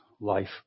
life